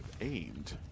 aimed